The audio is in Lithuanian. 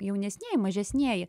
jaunesnieji mažesnieji